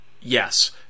Yes